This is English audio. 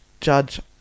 Judge